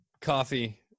coffee